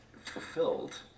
fulfilled